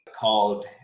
called